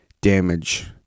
damage